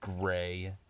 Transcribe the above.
gray